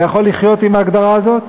אתה יכול לחיות עם ההגדרה הזאת?